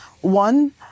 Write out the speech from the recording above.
one